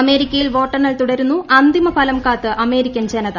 അമേരിക്കയിൽ വോട്ടെണ്ണൽ തുടരുന്നു അന്തിമ ഫലം കാത്ത് അമേരിക്കൻ ജനത